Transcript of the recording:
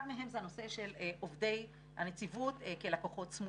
אחד מהם הוא הנושא של עובדי הנציבות כלקוחות סמויים.